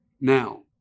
Now